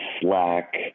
Slack